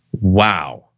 wow